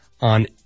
on